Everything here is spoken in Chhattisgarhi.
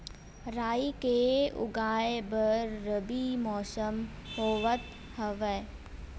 राई के उगाए बर रबी मौसम होवत हवय?